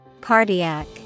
Cardiac